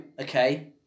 okay